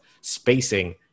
spacing